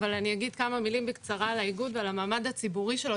אבל אני אגיד כמה מילים בקצרה על האיגוד ועל המעמד הציבורי שלו,